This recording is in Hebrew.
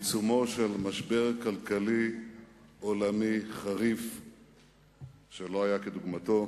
בעיצומו של משבר כלכלי עולמי חריף שלא היה כדוגמתו